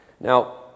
Now